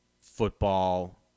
football